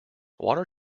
water